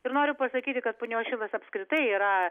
ir noriu pasakyti kad punios šilas apskritai yra